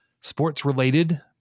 sports-related